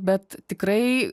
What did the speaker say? bet tikrai